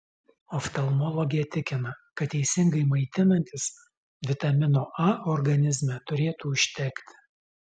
oftalmologė tikina kad teisingai maitinantis vitamino a organizme turėtų užtekti